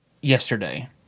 yesterday